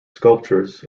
sculptures